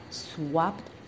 swapped